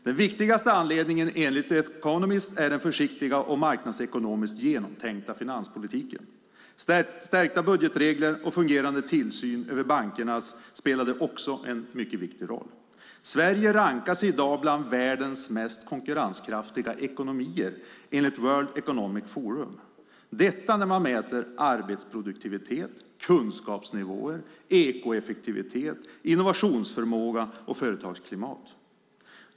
Den viktigaste anledningen enligt The Economist är den försiktiga och marknadsekonomiskt genomtänkta finanspolitiken. Stärkta budgetregler och fungerande tillsyn över bankerna spelade också en mycket viktig roll. Sverige rankas i dag bland världens mest konkurrenskraftiga ekonomier enligt World Economic Forum när man mäter arbetsproduktivitet, kunskapsnivåer, ekoeffektivitet, innovationsförmåga och företagsklimat.